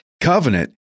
covenant